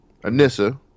Anissa